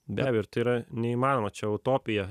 be abejo ir tai yra neįmanoma čia utopija